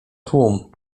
tłum